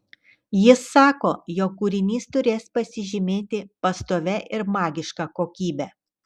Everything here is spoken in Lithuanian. jis sako jog kūrinys turės pasižymėti pastovia ir magiška kokybe